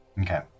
Okay